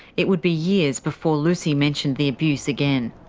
it would be years before lucy mentioned the abuse again.